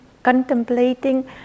contemplating